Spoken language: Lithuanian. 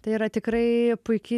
tai yra tikrai puiki